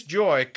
joy